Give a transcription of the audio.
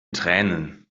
tränen